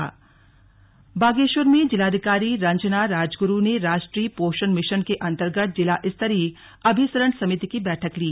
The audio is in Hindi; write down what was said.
स्लग राष्ट्रीय पोषण मिशन बागेश्वर में जिलाधिकारी रंजना राजगुरु ने राष्ट्रीय पोषण मिशन के अन्तर्गत जिला स्तरीय अभिसरण समिति की बैठक ली